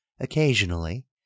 Occasionally